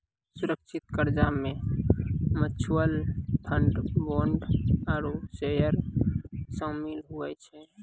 सुरक्षित कर्जा मे म्यूच्यूअल फंड, बोंड आरू सेयर सामिल हुवै छै